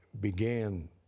began